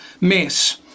mess